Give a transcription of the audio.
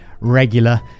regular